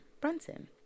Brunson